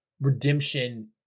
redemption